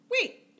Wait